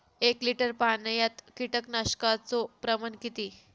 एक लिटर पाणयात कीटकनाशकाचो प्रमाण किती?